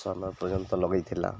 ସମୟ ପର୍ଯ୍ୟନ୍ତ ଲଗେଇଥିଲା